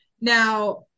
Now